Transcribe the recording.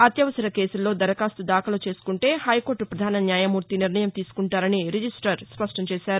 అత్యవసర కేసుల్లో దరఖాస్తు దాఖలు చేసుకుంటే హైకోర్టు ప్రధాన న్యాయమూర్తి నిర్ణయం తీసుకుంటారని రిజిస్టార్ స్పష్టం చేశారు